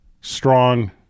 strong